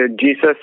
Jesus